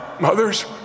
mother's